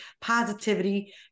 positivity